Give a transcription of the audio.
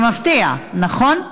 זה מפתיע, נכון?